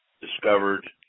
discovered